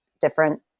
different